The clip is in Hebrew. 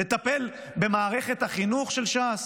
לטפל במערכת החינוך של ש"ס,